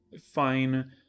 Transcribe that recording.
fine